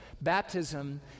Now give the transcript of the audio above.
Baptism